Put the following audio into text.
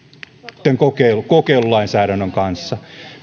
tämän kokeilulainsäädännön kanssa